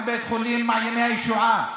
גם בית חולים מעייני הישועה.